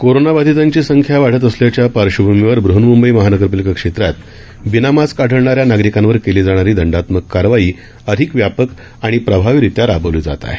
कोरोनाबाधितांची संख्या वाढत असल्याच्या पार्श्वभूमीवर बहन्मंबई महानगरपालिका क्षेत्रात बिना मास्क आढळणाऱ्या नागरिकांवर केली जाणारी दंडात्मक कारवाई अधिक व्यापक आणि प्रभावीरित्या राबवली जात आहे